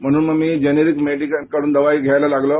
म्हणून मी generic medical कड्रन दवाई घ्यायला लागलो